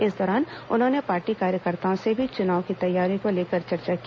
इस दौरान उन्होंने पार्टी कार्यकर्ताओं से भी चुनाव की तैयारियों को लेकर चर्चा की